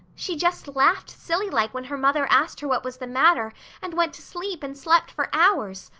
she just laughed silly-like when her mother asked her what was the matter and went to sleep and slept for hours.